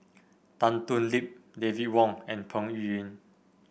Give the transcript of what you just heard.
Tan Thoon Lip David Wong and Peng Yuyun